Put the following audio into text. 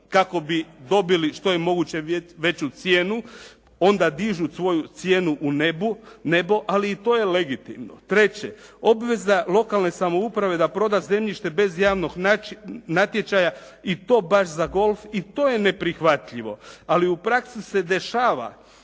kako bi dobili što je moguće veću cijenu, onda dižu svoju cijenu u nebo ali i to je legitimno. Treće, obveza lokalne samouprave da proda zemljište bez javnog natječaja i to baš za golf, i to je neprihvatljivo ali u praksi se dešava